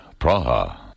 Praha